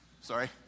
Sorry